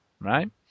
right